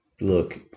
look